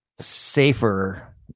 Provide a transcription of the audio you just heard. safer